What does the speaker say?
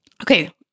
Okay